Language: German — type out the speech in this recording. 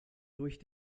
durch